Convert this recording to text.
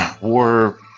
war